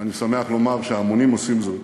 ואני שמח לומר שהמונים עושים זאת,